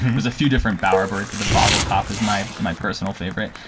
there's a few different bowerbirds, but the vogelkop is my my personal favorite.